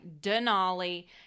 Denali